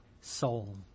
soul